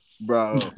bro